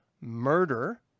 murder